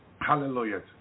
Hallelujah